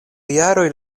jaroj